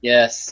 Yes